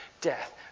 death